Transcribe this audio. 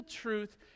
truth